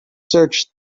search